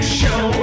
show